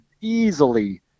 easily